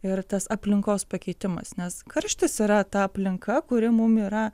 ir tas aplinkos pakeitimas nes karštis yra ta aplinka kuri mum yra